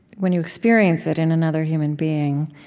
when you experience it in another human being,